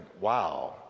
wow